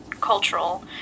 cultural